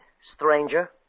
stranger